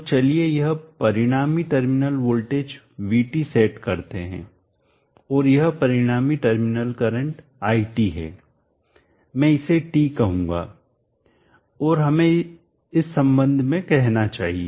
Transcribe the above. तो चलिए यह परिणामी टर्मिनल वोल्टेज VT सेट करते हैं और यह परिणामी टर्मिनल करंट iT है मैं इसे T कहूँगा और हमें इस संबंध में कहना चाहिए